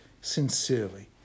sincerely